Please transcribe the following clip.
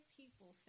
people